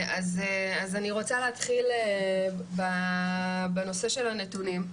אני רוצה להתחיל בנושא של הנתונים.